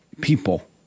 people